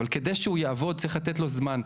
אבל כדי שהוא יעבוד צריך לתת לו זמן,